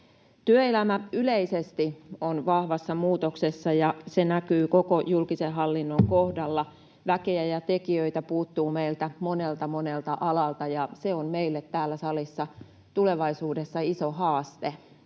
Työelämä yleisesti on vahvassa muutoksessa, ja se näkyy koko julkisen hallinnon kohdalla. Väkeä ja tekijöitä puuttuu meiltä monelta, monelta alalta, ja on meille täällä salissa tulevaisuudessa iso haaste,